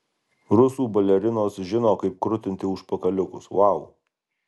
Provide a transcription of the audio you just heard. rusų balerinos žino kaip krutinti užpakaliukus vau